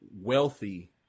wealthy